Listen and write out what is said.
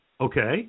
Okay